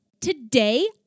Today